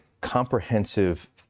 comprehensive